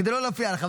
כדי לא להפריע לך,